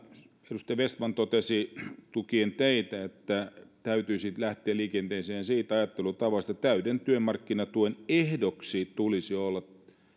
edustaja vestman totesi tukien teitä että täytyisi lähteä liikenteeseen siitä ajattelutavasta että täyden työmarkkinatuen ehtona tulisi olla